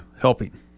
helping